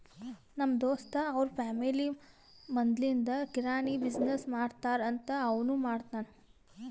ನಮ್ ದೋಸ್ತ್ ಅವ್ರ ಫ್ಯಾಮಿಲಿ ಮದ್ಲಿಂದ್ ಕಿರಾಣಿ ಬಿಸಿನ್ನೆಸ್ ಮಾಡ್ತಾರ್ ಅಂತ್ ಅವನೂ ಮಾಡ್ತಾನ್